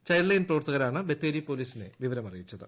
child line പ്രവർത്തകരാണ് ബത്തേരി പോലീസിനെ വിവരം അറിയിച്ചത്